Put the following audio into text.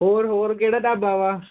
ਹੋਰ ਹੋਰ ਕਿਹੜੇ ਹੋਰ ਹੋਰ ਕਿਹੜੇ ਢਾਬਾ